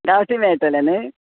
गांवटी मेळटले न्हय